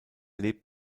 lebt